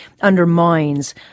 undermines